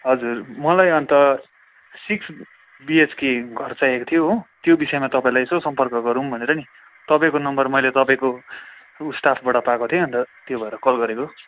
हजुर मलाई अन्त सिक्स बिएचके घर चाहिएको थियो हो त्यो विषयमा तपाईँलाई यसो सम्पर्क गरौँ भनेर नि तपाईँको नम्बर मैले तपाईँको उ स्टाफबाट पाएको थिएँ अन्त त्यो भएर कल गरेको